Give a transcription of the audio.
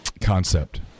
concept